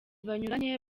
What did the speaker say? banyuranye